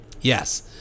Yes